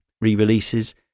re-releases